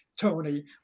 Tony